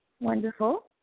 Wonderful